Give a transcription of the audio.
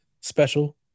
special